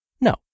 No